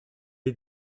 est